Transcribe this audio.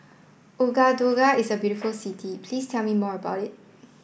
Ouagadougou is a very beautiful city Please tell me more about it